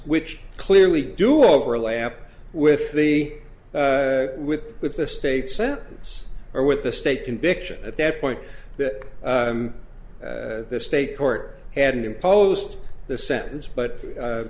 which clearly do overlap with the with with the state sentence or with the state conviction at that point that the state court had imposed the sentence but